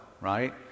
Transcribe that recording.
right